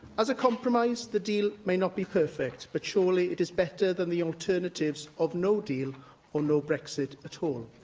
as a compromise, the deal may not be perfect, but surely it is better than the alternatives of no deal or no brexit at all.